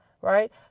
right